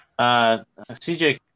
CJ